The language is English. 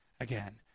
again